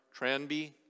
Tranby